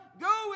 go